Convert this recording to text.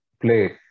play